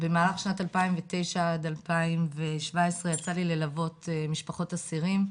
במהלך שנת 2009-2017 יצא לי ללוות משפחות אסירים.